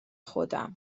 خودم